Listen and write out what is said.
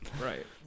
Right